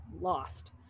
lost